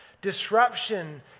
Disruption